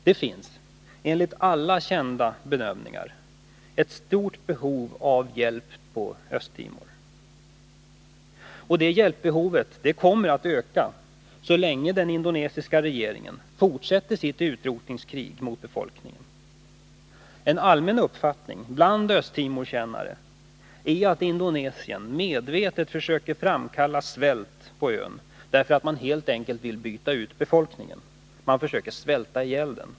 Det finns enligt alla kända bedömningar ett stort behov av hjälp till Östtimor. Och det hjälpbehovet kommer att öka så länge den indonesiska regeringen fortsätter sitt utrotningskrig mot befolkningen. En allmän uppfattning bland kännare av Östtimor är att Indonesien medvetet försöker framkalla svält på ön, därför att man helt enkelt vill byta ut befolkningen. Man försöker svälta ihjäl den.